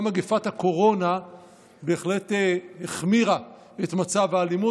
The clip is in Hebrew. גם מגפת הקורונה בהחלט החמירה את מצב האלימות.